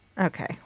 Okay